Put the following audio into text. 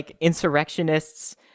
insurrectionists